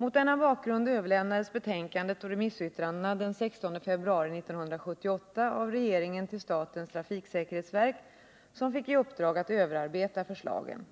Mot denna bakgrund överlämnades betänkandet och remissyttrandena den 16 februari 1978 av regeringen till statens trafiksäkerhetsverk som fick i uppdrag att överarbeta förslagen.